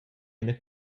ina